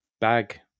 bag